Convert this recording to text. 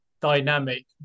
dynamic